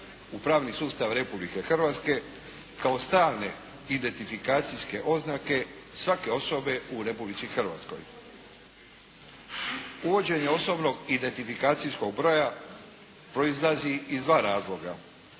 u pravni sustav Republike Hrvatske kao stalne identifikacijske oznake svake osobe u Republici Hrvatskoj. Uvođenje osobnog identifikacijskog broja proizlazi iz dva razloga.